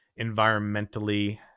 environmentally